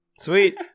Sweet